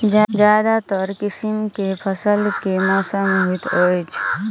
ज्यादातर किसिम केँ फसल केँ मौसम मे होइत अछि?